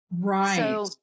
Right